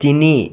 তিনি